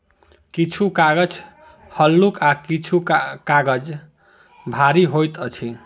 किछु कागज हल्लुक आ किछु काजग भारी होइत अछि